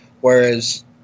whereas